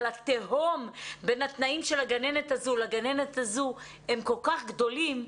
אבל התהום בין התנאים של הגננת הזו לגננת הזו הם כל כך גדולים.